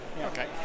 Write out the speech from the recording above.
Okay